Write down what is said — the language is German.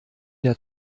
der